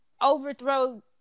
overthrow